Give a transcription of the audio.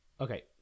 Okay